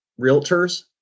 realtors